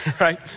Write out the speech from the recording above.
right